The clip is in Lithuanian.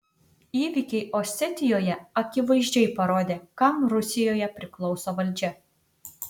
įvykiai osetijoje akivaizdžiai parodė kam rusijoje priklauso valdžia